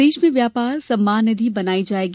प्रदेश में व्यापार सम्मान निधि बनायी जायेगी